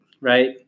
Right